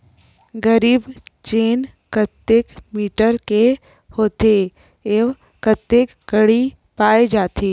जरीब चेन कतेक मीटर के होथे व कतेक कडी पाए जाथे?